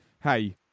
hey